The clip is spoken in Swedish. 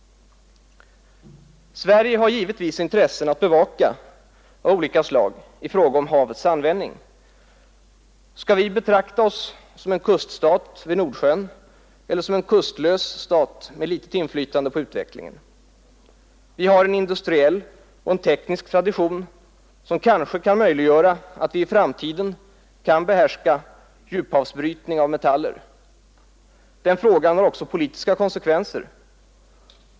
Sverige har givetvis intressen av olika slag att bevaka i fråga om havets användning. Skall vi betrakta oss som en kuststat vid Nordsjön eller som en kustlös stat med litet inflytande på utvecklingen? Vi har en industriell och teknisk tradition som kanske kan möjliggöra att vi i framtiden kan behärska djuphavsbrytning av metaller. Den frågan har också politiska konsekvenser.